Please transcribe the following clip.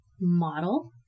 Model